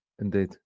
Indeed